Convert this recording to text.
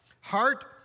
Heart